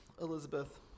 Elizabeth